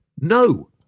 No